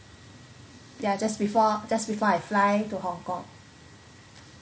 ya just before just before I fly to hong kong